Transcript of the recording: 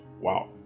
Wow